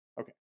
Okay